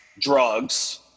drugs